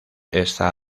está